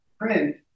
print